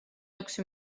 ექვსი